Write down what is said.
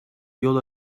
yol